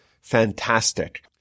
fantastic